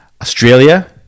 australia